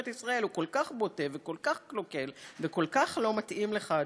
ישראל הוא כל כך בוטה וכל כך קלוקל וכל כך לא מתאים לך,